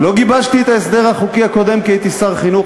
לא גיבשתי את ההסדר החוקי הקודם כי הייתי שר החינוך,